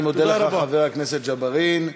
אני מודה לך, חבר הכנסת ג'בארין.